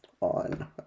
on